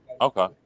Okay